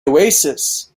oasis